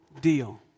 deal